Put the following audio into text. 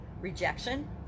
Rejection